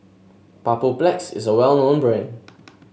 Papulex is a well known brand